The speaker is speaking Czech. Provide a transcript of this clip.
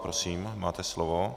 Prosím, máte slovo.